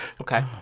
Okay